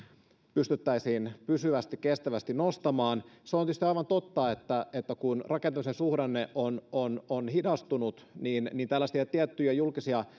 pystyttäisiin työllisyyttä pysyvästi kestävästi nostamaan on tietysti aivan totta että että kun rakentamisen suhdanne on on hidastunut niin niin tällaisia tiettyjä julkisia